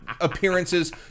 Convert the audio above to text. appearances